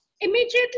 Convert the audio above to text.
Immediately